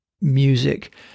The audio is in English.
music